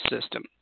system